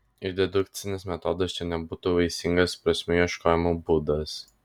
ir dedukcinis metodas čia nebūtų vaisingas prasmių ieškojimo būdas